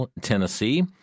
Tennessee